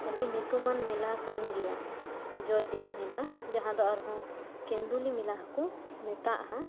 ᱟᱹᱰᱤ ᱧᱩᱛᱩᱢᱟᱱ ᱢᱮᱞᱟ ᱠᱟᱱ ᱜᱮᱭᱟ ᱡᱚᱭᱫᱮᱵ ᱢᱮᱞᱟ ᱡᱟᱦᱟᱫᱚ ᱟᱨᱦᱚᱸ ᱠᱮᱸᱫᱩᱞᱤ ᱢᱮᱞᱟ ᱦᱚᱸᱠᱚ ᱢᱮᱛᱟᱜᱼᱟ